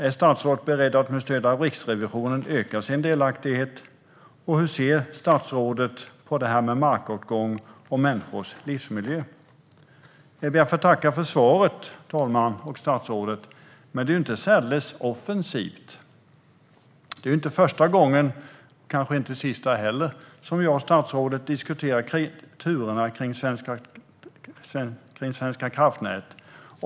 Är statsrådet beredd att med stöd av Riksrevisionens rapport öka sin delaktighet? Hur ser statsrådet på detta med markåtgång och människors livsmiljö? Herr talman! Jag vill tacka för svaret, men det är ju inte särskilt offensivt. Det är inte första gången - kanske inte sista heller - som jag och statsrådet diskuterar turerna kring Svenska kraftnät.